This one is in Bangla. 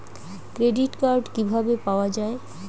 ক্রেডিট কার্ড কিভাবে পাওয়া য়ায়?